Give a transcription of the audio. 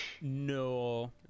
No